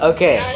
Okay